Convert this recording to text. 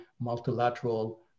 multilateral